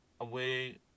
away